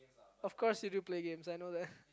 of course you do play games I know that